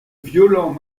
violents